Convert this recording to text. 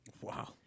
Wow